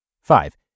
Five